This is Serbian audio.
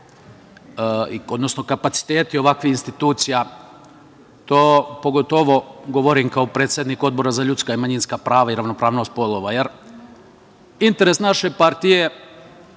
odnosno kapaciteti ovakvih institucija. To govorim pogotovo kao predsednik Odbora za ljudska i manjinska prava i ravnopravnost polova. Interes naše partije